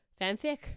fanfic